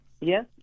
Yes